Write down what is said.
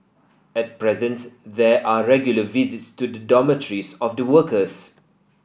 at present there are regular visits to the dormitories of the workers